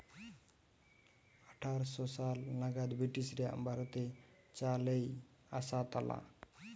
আঠার শ সাল নাগাদ ব্রিটিশরা ভারতে চা লেই আসতালা